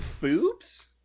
Boobs